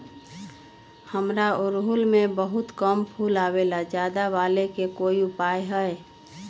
हमारा ओरहुल में बहुत कम फूल आवेला ज्यादा वाले के कोइ उपाय हैं?